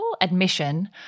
admission